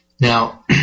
Now